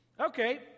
Okay